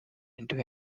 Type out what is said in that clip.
into